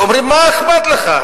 ואומרים: מה אכפת לך,